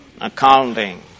accounting